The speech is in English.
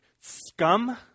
scum-